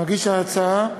מגיש ההצעה,